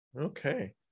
Okay